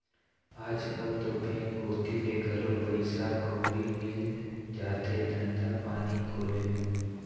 आजकल तो बेंक कोती ले घलोक पइसा कउड़ी मिल जाथे धंधा पानी खोले म